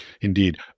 Indeed